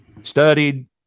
studied